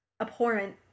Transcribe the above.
abhorrent